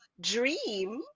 dream